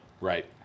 Right